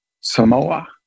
Samoa